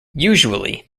usually